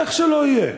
איך שלא יהיה,